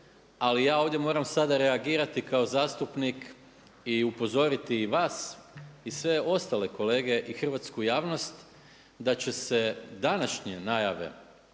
Ali ja ovdje moram sada reagirati kao zastupnik i upozoriti i vas i sve ostale kolege i hrvatsku javnost da će se današnje najave